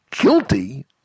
guilty